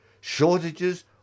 Shortages